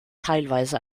teilweise